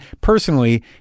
personally